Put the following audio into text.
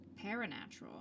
Paranatural